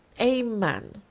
Amen